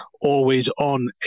always-on